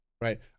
right